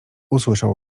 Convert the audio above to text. usłyszał